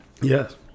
Yes